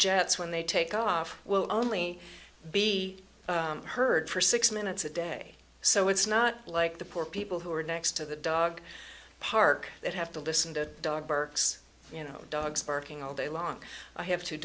jets when they take off will only be heard for six minutes a day so it's not like the poor people who are next to the dog park that have to listen to dog barks you know dogs barking all day long i have two